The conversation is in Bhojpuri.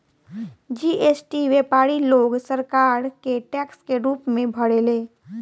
जी.एस.टी व्यापारी लोग सरकार के टैक्स के रूप में भरेले